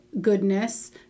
goodness